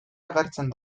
agertzen